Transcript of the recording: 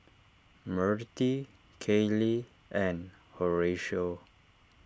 Mirtie Kailey and Horatio